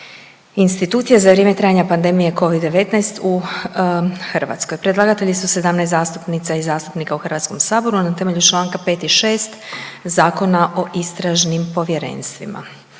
institucija za vrijeme trajanja pandemije covid-19 u Hrvatskoj. Predlagatelji su 17 zastupnica i zastupnika u HS. Rasprava je zaključena. Čl. 6. Zakona o Istražnim povjerenstvima